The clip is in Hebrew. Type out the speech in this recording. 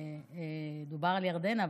דובר על ירדנה,